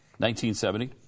1970